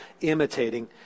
imitating